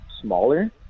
smaller